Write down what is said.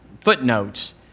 footnotes